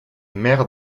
maire